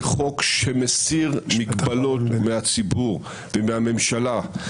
זה חוק שמסיר מגבלות מהציבור ומהממשלה.